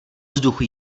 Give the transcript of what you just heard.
vzduchu